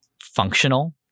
functional